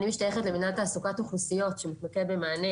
אני משתייכת למנהל תעסוקת אוכלוסיות שמתמקד במענה